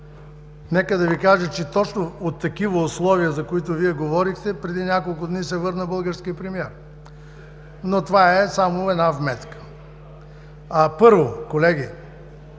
Нека да Ви кажа, че точно от такива условия, за които говорихте, преди няколко дни се върна българският премиер, но това е само една вметка. Колеги,